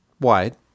wide